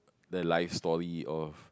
the life story of